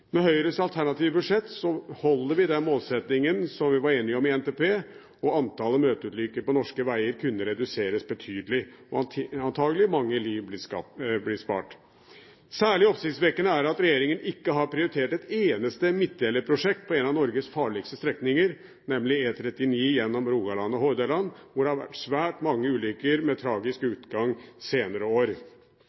Med Høyres alternative budsjett holder vi den målsettingen som vi var enige om i NTP. Antallet møteulykker på norske veger kunne reduseres betydelig, og antakelig mange liv bli spart. Særlig oppsiktsvekkende er det at regjeringen ikke har prioritert et eneste midtdelerprosjekt på en av Norges farligste strekninger, nemlig E39 gjennom Rogaland og Hordaland, hvor det har vært svært mange ulykker med tragisk utgang de senere år.